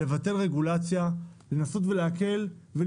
אני קורא להם לבטל רגולציה, לשאול למה